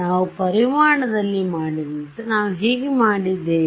ನಾವು ಪರಿಮಾಣದಲ್ಲಿ ಮಾಡಿದಂತೆ ನಾವು ಹೇಗೆ ಮಾಡಿದ್ದೇವೆ